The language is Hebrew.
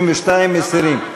32, מסירים.